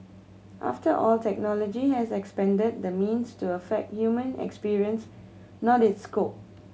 after all technology has expanded the means to affect human experience not its scope